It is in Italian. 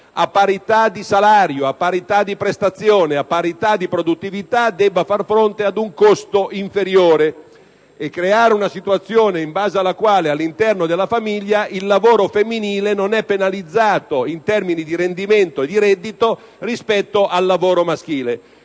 a parità di salario, a parità di prestazione, a parità di produttività debba far fronte ad un costo inferiore e creare una situazione in base alla quale all'interno della famiglia il lavoro femminile non sia penalizzato, in termini di rendimento e di reddito, rispetto al lavoro maschile.